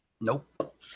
Nope